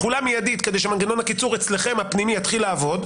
תחולה מיידית כדי שמנגנון הקיצור אצלכם הפנימי יתחיל לעבוד.